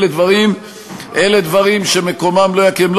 אלה דברים שמקומם לא יכירם.